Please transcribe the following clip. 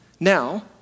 Now